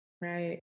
Right